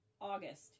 August